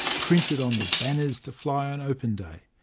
printed on the banners to fly on open days.